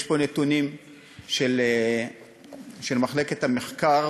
יש פה נתונים של מחלקת המחקר